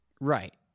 Right